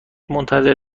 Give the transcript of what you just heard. منتظر